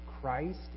Christ